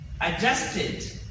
adjusted